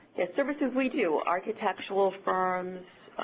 services we do. architectural firms,